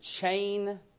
chain